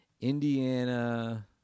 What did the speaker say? indiana